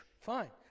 fine